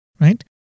Right